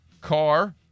car